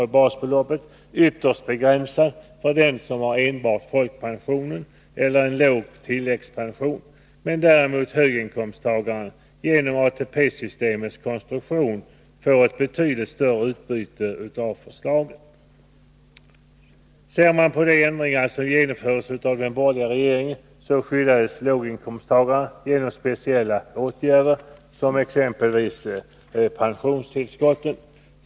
å basbeloppet ytterst begränsad för den som har enbart folkpension eller en låg tilläggspension, medan däremot höginkomsttagaren genom ATP-systemets Nr 50 konstruktion får ett betydligt större utbyte av förslaget. Onsdagen den Ser man på de ändringar som genomfördes av de borgerliga regeringarna, 15 december 1982 finner man att låginkomsttagarna skyddades genom speciella åtgärder, exempelvis av pensionstillskotten.